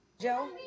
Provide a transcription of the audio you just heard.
Joe